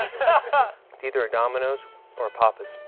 ah either a domino's or a papa's.